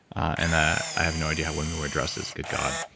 and i i have no idea how women wear dressed, good god